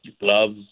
gloves